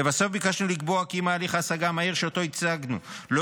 לבסוף ביקשנו לקבוע כי אם הליך ההשגה המהיר שאותו הצגנו לא